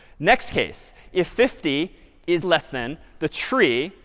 next case, if fifty is less than the tree,